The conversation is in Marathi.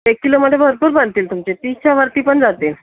एक किलोमध्ये भरपूर बनतील तुमचे तीसच्या वरतीपण जातील